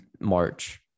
march